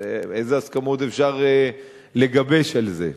אז איזה הסכמות אפשר לגבש עם זה?